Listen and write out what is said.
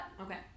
Okay